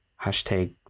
Hashtag